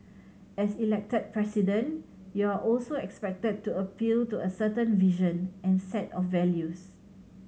as Elected President you are also expected to appeal to a certain vision and set of values